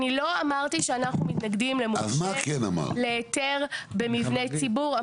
אני לא אמרתי שאנחנו מתנגדים למורשה להיתר במבני ציבור.